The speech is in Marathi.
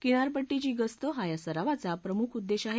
किनारपट्टीची गस्त हा या सरावाचा प्रमुख उद्देश आहे